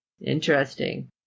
interesting